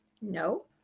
No